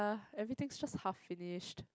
everything just half finished